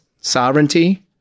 sovereignty